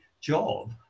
job